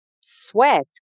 sweat